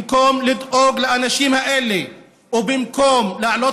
במקום לדאוג לאנשים האלה ובמקום להעלות